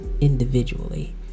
individually